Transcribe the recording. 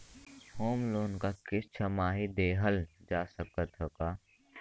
Home loan क किस्त छमाही देहल जा सकत ह का?